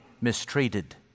mistreated